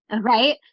Right